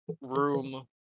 room